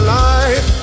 life